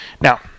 Now